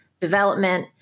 development